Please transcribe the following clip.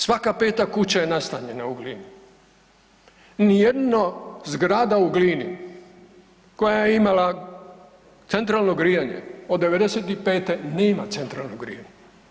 Svaka peta kuća je nastanjena u Glini, nijedna zgrada u Glini koja je imala centralno grijanje od '95. nema centralno grijanje.